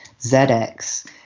ZX